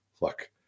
Look